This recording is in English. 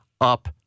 up